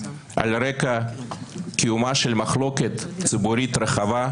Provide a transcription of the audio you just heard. על רקע קיומה של מחלוקת ציבורית רחבה,